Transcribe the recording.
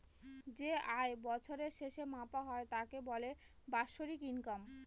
যে আয় বছরের শেষে মাপা হয় তাকে বলে বাৎসরিক ইনকাম